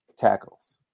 tackles